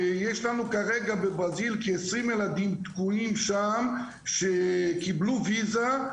יש כרגע 20 ילדים תקועים בברזיל שקבלו ויזה,